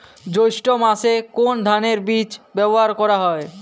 জৈষ্ঠ্য মাসে কোন ধানের বীজ ব্যবহার করা যায়?